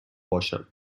باشم